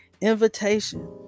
invitation